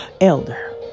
elder